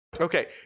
okay